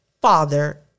father